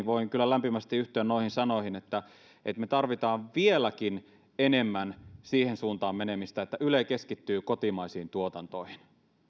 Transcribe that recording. voin kyllä lämpimästi yhtyä noihin sanoihin mitä edustaja könttä tuossa aikaisemmin sanoi että me tarvitsemme vieläkin enemmän siihen suuntaan menemistä että yle keskittyy kotimaisiin tuotantoihin